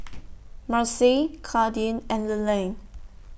Marcy Kadin and Leland